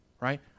right